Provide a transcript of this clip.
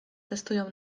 testują